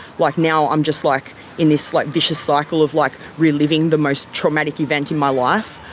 like, now i'm just like in this like vicious cycle of like reliving the most traumatic event in my life,